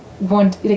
want